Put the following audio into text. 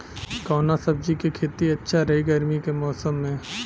कवना सब्जी के खेती अच्छा रही गर्मी के मौसम में?